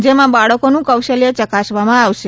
જેમાં બાળકોનું કૌશલ્ય ચકાસવવામાં આવશે